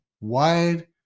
wide